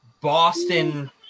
Boston –